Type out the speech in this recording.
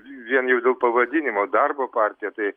vien jau dėl pavadinimo darbo partija tai